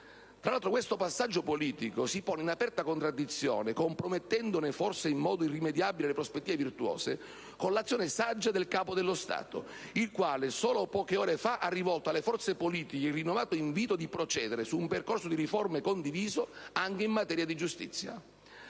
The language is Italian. Tra l'altro, questo passaggio politico si pone in aperta contraddizione, compromettendone forse in modo irrimediabile le prospettive virtuose, con l'azione saggia del Capo dello Stato, il quale solo poche ore fa ha rivolto alle forze politiche il rinnovato invito di procedere su un percorso di riforme condiviso anche in materia di giustizia.